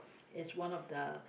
is one of the